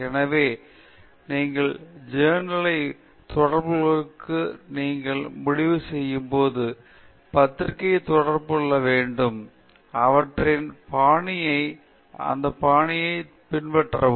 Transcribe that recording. எனவே நீங்கள் ஜெர்னல்யைத் தொடர்புகொள்வதற்கு நீங்கள் முடிவு செய்யும்போது பத்திரிக்கையை தொடர்பு கொள்ள வேண்டும் அவற்றின் பாணியைப் பெற்று அந்த பாணியைப் பின்பற்றவும்